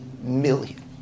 million